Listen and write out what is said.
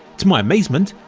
to my amazement,